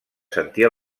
sentir